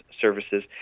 services